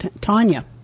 Tanya